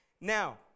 Now